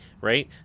right